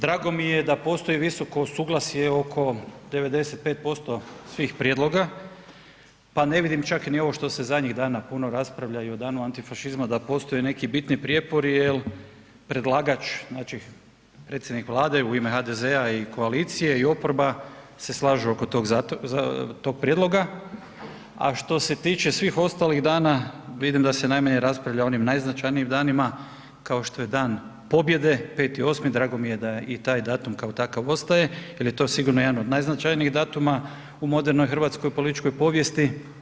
Drago mi je da postoji visoko suglasje oko 95% svih prijedloga pa ne vidim čak ni ovo što se zadnjih dana puno raspravlja i o Danu antifašizma da postoje neki bitni prijepori jer predlagač, znači predsjednik Vlade u ime HDZ-a i koalicije i oporba se slažu oko tog prijedloga, a što se tiče svih ostalih dana vidim da se najmanje raspravlja o onim najznačajnijim danima kao što je Dan pobjede 5.8., drago mi je da i taj datum kao takav ostaje jer je to sigurno jedan od najznačajnijih datuma u modernoj Hrvatskoj političkoj povijesti.